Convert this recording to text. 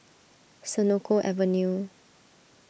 Senoko Avenue